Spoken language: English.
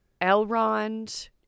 Elrond